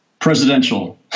Presidential